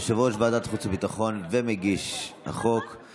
יושב-ראש ועדת החוץ והביטחון ומגיש הצעת החוק.